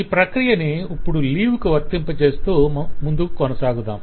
ఈ ప్రక్రియని ఇప్పుడు లీవ్ కు వర్తింప చేస్తూ ముందుకు కొనసాగుదాం